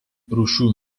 rūšių